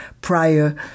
prior